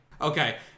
Okay